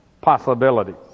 possibilities